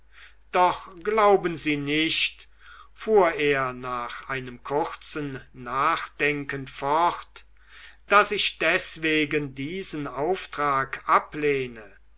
doch glauben sie nicht fuhr er nach einem kurzen nachdenken fort daß ich deswegen diesen auftrag ablehne